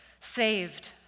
saved